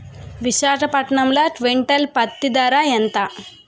విశాఖపట్నంలో క్వింటాల్ పత్తి ధర ఎంత?